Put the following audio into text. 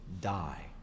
die